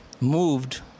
moved